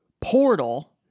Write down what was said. portal